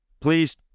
Please